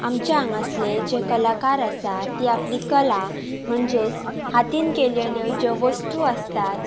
आमच्या हांगासले जे कलाकार आसा ती आपली कला म्हणजेच हातीन केल्ल्यो ज्यो वस्तू आसतात